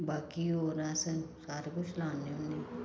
बाकी होर असें सारा कुछ लान्ने होन्ने